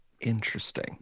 Interesting